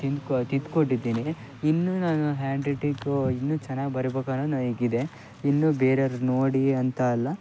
ತಿದ್ಕೊ ತಿದ್ಕೊಂಡಿದ್ದೀನಿ ಇನ್ನೂ ನಾನು ಹ್ಯಾಂಡ್ರೈಟಿಂಗು ಇನ್ನು ಚೆನ್ನಾಗಿ ಬರ್ಬೇಕು ಅನ್ನೋದು ನನಿಗೆ ಇದೆ ಇನ್ನೂ ಬೇರೆಯವ್ರನ್ನು ನೋಡಿ ಅಂತ ಅಲ್ಲ